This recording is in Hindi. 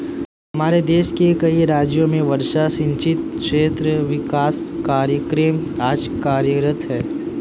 हमारे देश के कई राज्यों में वर्षा सिंचित क्षेत्र विकास कार्यक्रम आज कार्यरत है